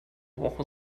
woche